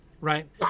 right